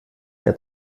mehr